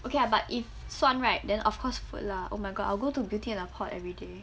okay lah but if 算 right then of course food lah oh my god I'll go to beauty in the pot everyday